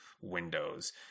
windows